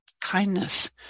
kindness